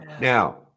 Now